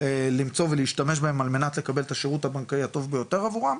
למצוא ולהשתמש בהם על מנת לקבל את השירות הבנקאי הטוב ביותר עבורם,